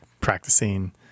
practicing